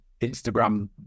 Instagram